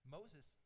Moses